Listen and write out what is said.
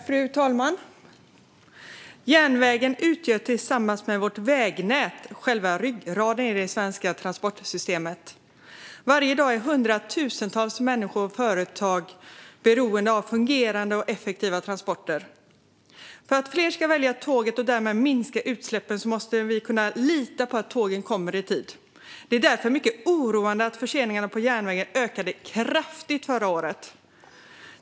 Fru talman! Järnvägen utgör tillsammans med vårt vägnät själva ryggraden i det svenska transportsystemet. Varje dag är hundratusentals människor och företag beroende av fungerande och effektiva transporter. För att fler ska välja tåget och därmed minska utsläppen måste vi kunna lita på att tågen kommer i tid. Det är därför mycket oroande att förseningarna på järnvägen ökade kraftigt förra året.